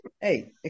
Hey